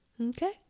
okay